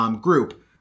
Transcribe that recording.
group